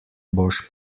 boš